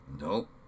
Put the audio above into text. Nope